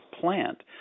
plant